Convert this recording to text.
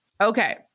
Okay